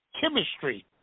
chemistry